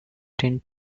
tend